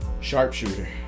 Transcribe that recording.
Sharpshooter